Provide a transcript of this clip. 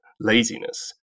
laziness